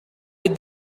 with